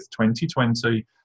2020